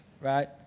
right